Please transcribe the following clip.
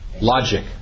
Logic